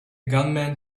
gunman